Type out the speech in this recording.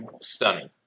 stunning